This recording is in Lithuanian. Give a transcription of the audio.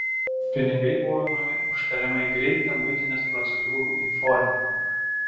pinigai buvo imami už tariamai greitą muitinės procedūrų įforminimą